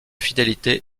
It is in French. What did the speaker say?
fidélité